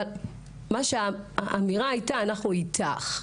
אבל האמירה הייתה: אנחנו איתך.